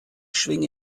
schwinge